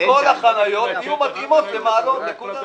שכל החניות יהיו מתאימות למעלון, נקודה.